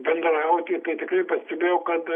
bendrauti tai tikrai pastebėjau kad